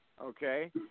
okay